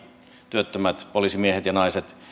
työttömät poliisimiehet ja naiset